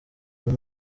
uyu